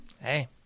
hey